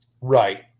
right